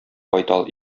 байтал